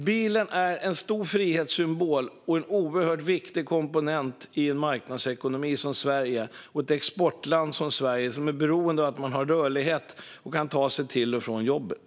Bilen är en stor frihetssymbol och en oerhört viktig komponent i en marknadsekonomi och ett exportland som Sverige, som är beroende av att man har rörlighet och kan ta sig till och från jobbet.